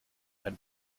ein